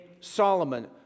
Solomon